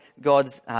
God's